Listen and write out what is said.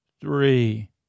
three